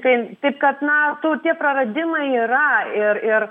tai taip kad na tų tie praradimai yra ir ir